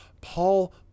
Paul